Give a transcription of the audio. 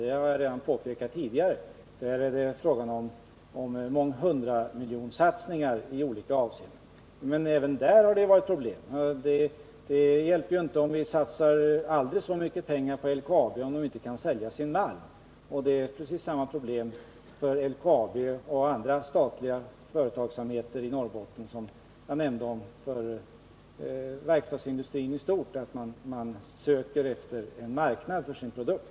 Det har jag påpekat tidigare. Det är där fråga om satsningar i olika avseenden på många hundra miljoner kronor. Men även där har det varit problem. Det hjälper inte om vi satsar aldrig så mycket pengar på LKAB om bolaget inte kan sälja sin malm. LKAB och annan statlig företagsamhet i Norrbotten har precis samma problem som verkstadsindustrin i stort: man söker efter en marknad för sin produkt.